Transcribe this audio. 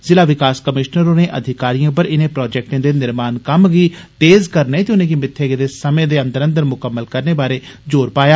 जिला विकास कमीष्नर होरें अधिकारिएं पर इनें प्रोजेक्टें दे निर्माण कम्म गी तेज़ करने ते उनेंगी मित्थे दे समें च मुकम्मल करने बारै जोर पाया